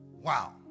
wow